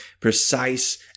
precise